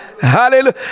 Hallelujah